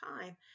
time